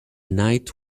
night